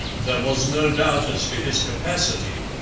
there was no doubt as to his capacity.